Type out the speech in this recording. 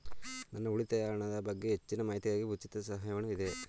ನನ್ನ ಉಳಿತಾಯ ಹಣದ ಬಗ್ಗೆ ಹೆಚ್ಚಿನ ಮಾಹಿತಿಗಾಗಿ ಉಚಿತ ಸಹಾಯವಾಣಿ ಇದೆಯೇ?